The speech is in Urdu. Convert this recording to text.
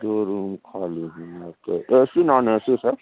دو روم خالی ہیں okay A C non A C sir